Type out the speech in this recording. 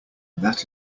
that